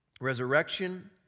Resurrection